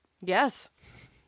yes